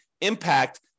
impact